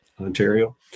Ontario